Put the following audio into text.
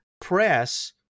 press